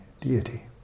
deity